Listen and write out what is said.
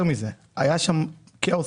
יותר מזה, היה שם כאוס